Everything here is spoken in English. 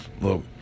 Look